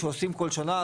שעושים כל שנה,